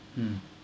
mm